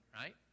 right